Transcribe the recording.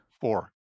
Four